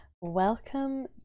Welcome